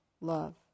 love